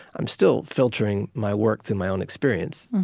i'm still filtering my work through my own experience.